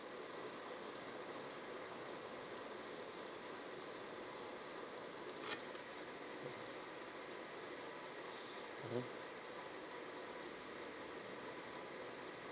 mmhmm